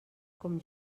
com